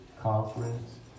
conference